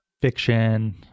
fiction